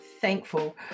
thankful